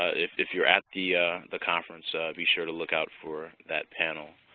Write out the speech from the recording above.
if if you're at the ah the conference, be sure to look out for that panel.